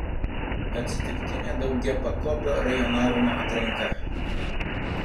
atsitiktinė daugiapakopio rajonavimo atranka